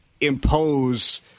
impose